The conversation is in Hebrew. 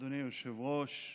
אדוני היושב-ראש,